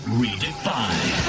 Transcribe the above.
redefined